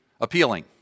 appealing